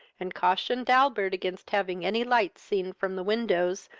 and cautioned albert against having any lights seen from the windows,